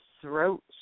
throat